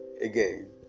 again